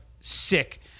sick